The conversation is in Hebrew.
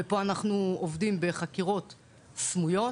ופה אנחנו עובדים בחקירות סמויות,